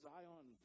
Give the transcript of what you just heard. Zion